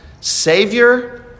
Savior